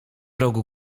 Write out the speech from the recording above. rogu